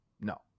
no